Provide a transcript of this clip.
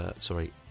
sorry